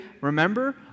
remember